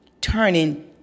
Turning